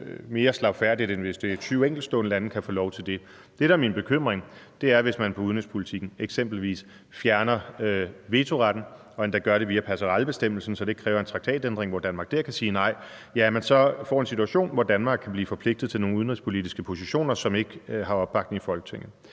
mere slagfærdigt, end hvis det er 20 enkeltstående lande, få lov til det. Det, der er min bekymring, er, at vi, hvis man på udenrigspolitikken eksempelvis fjerner vetoretten og endda gør det via passerellebestemmelsen, så det ikke kræver en traktatændring, som Danmark kan sige nej til, så får en situation, hvor Danmark kan blive forpligtet til nogle udenrigspolitiske positioner, som ikke har opbakning i Folketinget.